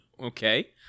Okay